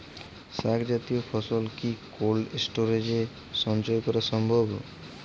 শাক জাতীয় ফসল কি কোল্ড স্টোরেজে সঞ্চয় করা সম্ভব?